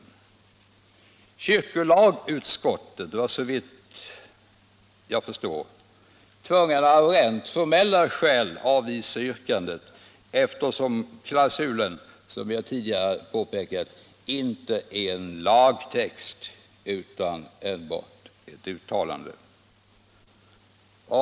Kyrkolagsutskottet var, såvitt jag förstår, tvunget att av rent formella skäl avvisa yrkandet eftersom klausulen — som jag tidigare påpekat — inte är en lagtext utan enbart är ett uttalande.